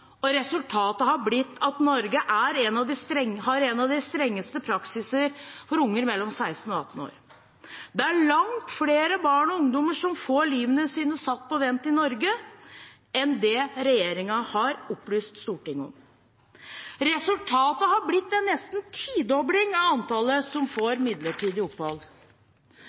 og resultatet har blitt at Norge har en av de strengeste praksiser for unger mellom 16 og 18 år. Det er langt flere barn og ungdommer som får livet sitt satt på vent i Norge enn det regjeringen har opplyst Stortinget om. Resultatet har blitt en nesten tidobling av antallet som får midlertidig opphold.